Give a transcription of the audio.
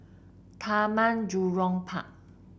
Taman Jurong Park